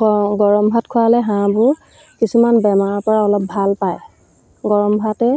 গৰম ভাত খোৱালে হাঁহবোৰ কিছুমান বেমাৰৰ পৰা অলপ ভাল পায় গৰম ভাতে